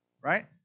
right